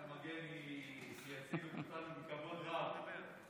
מגן מייצגת אותנו בכבוד רב.